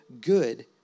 good